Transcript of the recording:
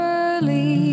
early